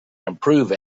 improve